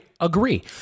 agree